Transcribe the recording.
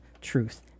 truth